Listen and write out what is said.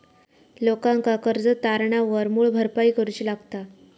लोकांका कर्ज तारणावर मूळ भरपाई करूची लागता